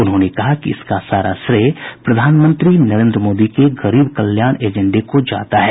उन्होंने कहा कि इसका सारा श्रेय प्रधानमंत्री नरेन्द्र मोदी के गरीब कल्याण एजेंडे को जाता है